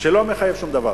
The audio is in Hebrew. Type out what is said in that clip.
שלא מחייב שום דבר,